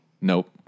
nope